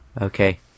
Okay